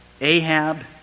Ahab